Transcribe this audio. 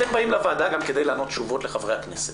אתם באים לוועדה גם כדי לתת תשובות לחברי הכנסת.